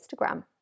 Instagram